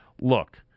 look